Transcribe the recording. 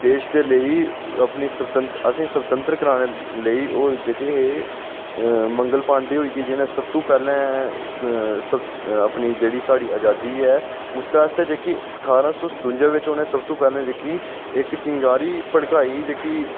देश दे लेई अपनी स्वतंत्रता असेंगी स्वतंत्रत कराने लेई होर जेह्के हे मंगल पांडे होई गे जि'नें सब तू पैहले अपनी जेह्ड़ी साढ़ी अजादी ऐ उस आस्तै जेह्ड़े ठारां सौ सतुंजा बिच्च उनें सब तू पैह्ली जेह्की इक चिंगारी भड़काई ही जेह्की